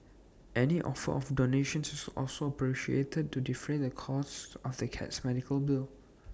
any offer of donations is also appreciated to defray the costs of the cat's medical bill